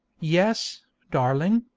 yes, darling,